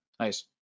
Nice